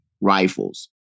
rifles